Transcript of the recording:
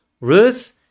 Ruth